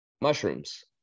mushrooms